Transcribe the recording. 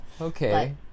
okay